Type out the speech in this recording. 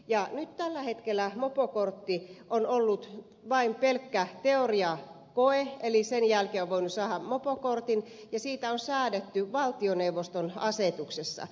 nyt tällä hetkellä mopokortti on ollut vain pelkkä teoriakoe eli sen jälkeen on voinut saada mopokortin ja siitä on säädetty valtioneuvoston asetuksessa